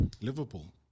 Liverpool